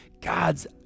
God's